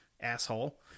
Asshole